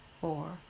four